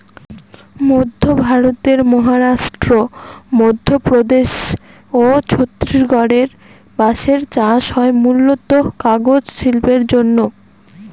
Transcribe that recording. মধ্য ভারতের মহারাষ্ট্র, মধ্যপ্রদেশ ও ছত্তিশগড়ে বাঁশের চাষ হয় মূলতঃ কাগজ শিল্পের জন্যে